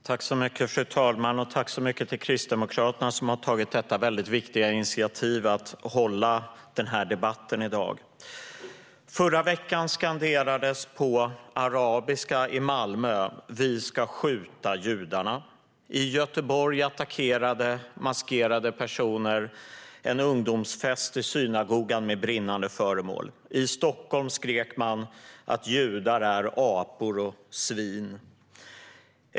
Fru talman! Tack så mycket till Kristdemokraterna, som har tagit detta väldigt viktiga initiativ till den här debatten i dag! Förra veckan skanderades på arabiska i Malmö: "Vi ska skjuta judarna." I Göteborg attackerade maskerade personer med brinnande föremål en ungdomsfest i synagogan. I Stockholm skrek man att judar är apor och svin.